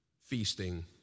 feasting